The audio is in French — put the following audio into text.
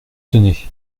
tenez